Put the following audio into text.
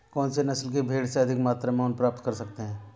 कौनसी नस्ल की भेड़ से अधिक मात्रा में ऊन प्राप्त कर सकते हैं?